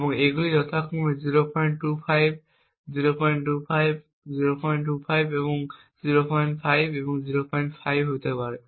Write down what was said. এবং এগুলি যথাক্রমে 025 025 025 এবং 05 এবং 05 হতে পারে